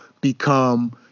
become